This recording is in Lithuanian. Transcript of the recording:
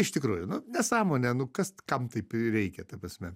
iš tikrųjų nu nesąmonė nu kas kam taip ir reikia ta prasme